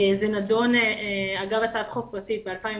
נידון אגב הצעת חוק פרטית ב-2018,